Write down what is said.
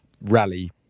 rally